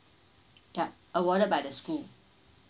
yup awarded by the school